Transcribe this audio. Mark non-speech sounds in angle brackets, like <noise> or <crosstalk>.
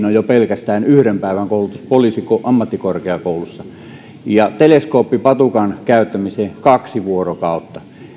<unintelligible> on jo pelkästään yhden päivän koulutus poliisiammattikorkeakoulussa ja teleskooppipatukan käyttämiseen kahden vuorokauden